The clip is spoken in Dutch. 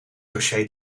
dossier